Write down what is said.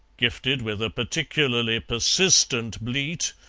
gifted with a particularly persistent bleat,